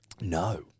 No